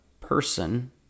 person